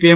IM